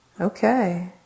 Okay